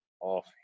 off